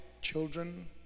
children